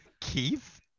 Keith